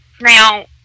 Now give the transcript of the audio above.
Now